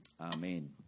Amen